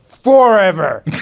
Forever